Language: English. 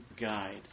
guide